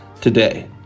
today